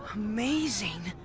amazing!